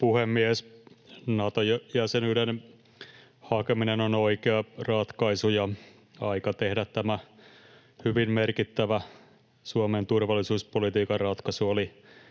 puhemies! Nato-jäsenyyden hakeminen on oikea ratkaisu, ja aika tehdä tämä hyvin merkittävä Suomen turvallisuuspolitiikan ratkaisu oli